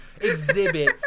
exhibit